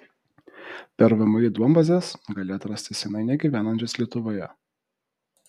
per vmi duombazes gali atrasti senai negyvenančius lietuvoje